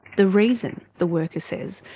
the reason, the worker says,